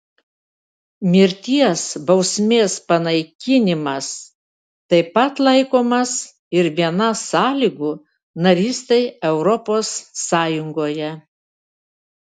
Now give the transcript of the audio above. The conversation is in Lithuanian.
mirties bausmės panaikinimas taip pat laikomas ir viena sąlygų narystei europos sąjungoje